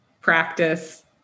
practice